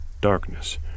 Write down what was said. darkness